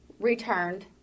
returned